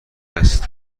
هست